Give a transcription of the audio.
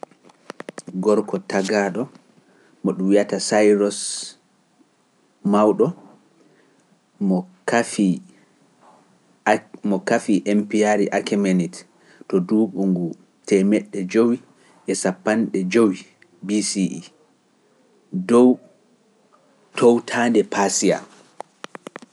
Gorko tagaaɗo mo ɗum wiyata Sayros mawɗo mo kafii empiyaari Akemenet to duuɓo nguu temeɗe jowi e sappanɗe jowi bici'i dow toowtaande Pasiya.